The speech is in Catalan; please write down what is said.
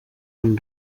amb